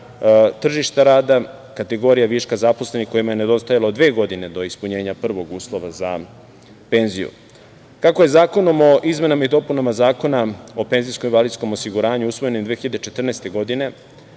tržišta rada, a kategorija viška zaposlenih kojima je nedostajalo dve godine do ispunjenja prvog uslova za penziju. Kako je zakonom o izmenama i dopunama Zakona o PIO usvojenim 2014. godine,